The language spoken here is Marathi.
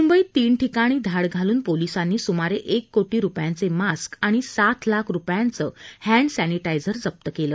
मुंबईत तीन ठिकाणी धाड घालून पोलिसांनी सुमारे एक कोटी रुपयांचे मास्क आणि सात लाख रुपयांचं हॅन्ड सॅनिटायझर जप्त केलं